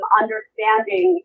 understanding